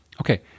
okay